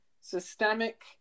systemic